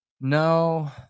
No